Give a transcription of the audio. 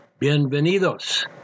Bienvenidos